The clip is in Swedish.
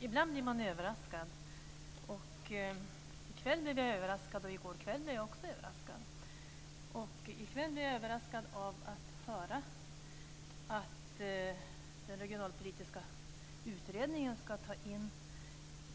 Ibland blir man överraskad, och jag har blivit överraskad både i kväll och i går kväll. I kväll blev jag överraskad av att höra att den regionalpolitiska utredningen ska ta in